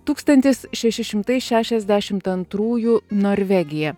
tūkstantis šeši šimtai šešiasdešimt antrųjų norvegija